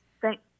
Thank